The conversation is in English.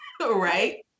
right